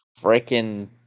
freaking